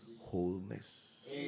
wholeness